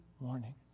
morning